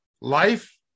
life